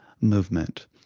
movement